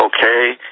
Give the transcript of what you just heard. Okay